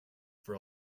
for